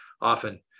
often